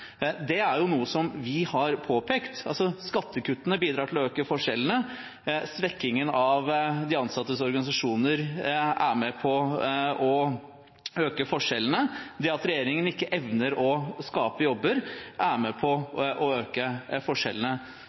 Det er noe vi har påpekt: Skattekuttene bidrar til å øke forskjellene. Svekkingen av de ansattes organisasjoner er med på å øke forskjellene. At regjeringen ikke evner å skape jobber, er med på å øke forskjellene.